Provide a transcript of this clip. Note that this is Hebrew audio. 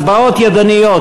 הצבעות ידניות,